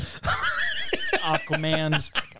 Aquaman